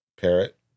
Parrot